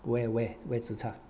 where where where zi char